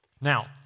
Now